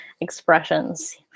expressions